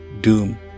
doom